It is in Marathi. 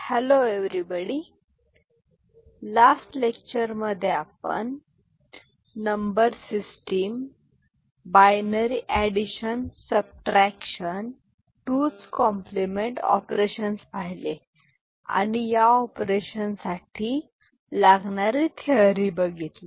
सर्वांना नमस्कार लास्ट क्लासमध्ये आपण number system binary addition subtraction 2s complement operations पाहिले आणि या ऑपरेशन साठी या ऑपरेशन साठी लागणारी थिओरी बघितली